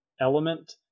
element